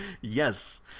Yes